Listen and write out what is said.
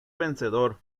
vencedor